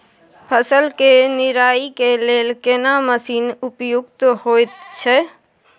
फसल के निराई के लेल केना मसीन उपयुक्त होयत छै?